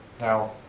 Now